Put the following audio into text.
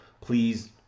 please